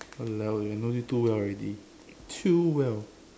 !walao! eh I know you too well already too well